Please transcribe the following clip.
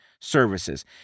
services